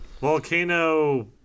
Volcano